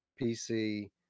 PC